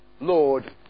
Lord